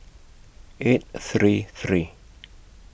eight three three